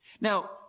Now